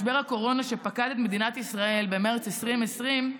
משבר הקורונה שפקד את מדינת ישראל במרץ 2020,